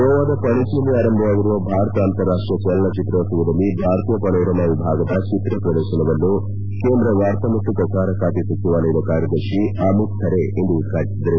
ಗೋವಾದ ಪಣಜಿಯಲ್ಲಿ ಆರಂಭವಾಗಿರುವ ಭಾರತ ಅಂತಾರಾಷ್ಷೀಯ ಚಲನಚಿತ್ರೋತ್ತವದಲ್ಲಿ ಭಾರತೀಯ ಪಸೋರಮಾ ವಿಭಾಗದ ಚಿತ್ರ ಪ್ರದರ್ಶನವನ್ನು ಕೇಂದ್ರ ವಾರ್ತಾ ಮತ್ತು ಪ್ರಸಾರ ಬಾತೆ ಸಚಿವಾಲಯದ ಕಾರ್ಯದರ್ಶಿ ಅಮಿತ್ ಖರೆ ಇಂದು ಉದ್ಘಾಟಿಸಿದರು